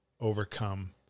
overcome